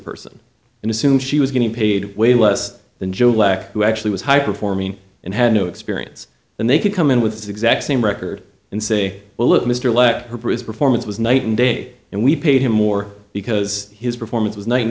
person and assume she was getting paid way less than joe black who actually was high performing and had no experience and they could come in with the exact same record and say well look mr lack purpose performance was night and day and we paid him more because his performance was night and